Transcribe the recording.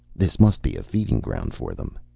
this must be a feeding-ground for them